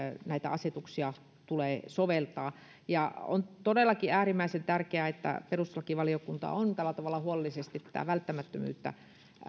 näitä asetuksia tulee soveltaa on todellakin äärimmäisen tärkeää että perustuslakivaliokunta on tällä tavalla huolellisesti tätä välttämättömyyttä